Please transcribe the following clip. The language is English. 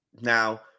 now